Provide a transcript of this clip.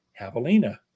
javelina